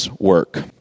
work